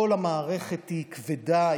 כל המערכת היא כבדה,